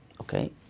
Okay